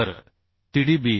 तर Tdb 1 0